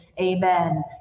amen